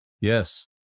Yes